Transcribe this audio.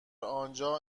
آنجا